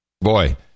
Boy